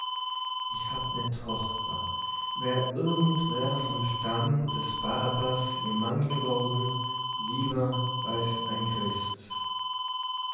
ich hab ne tochter wär irgendwer vom stamm des barrabas ihr mann geworden lieber als ein christ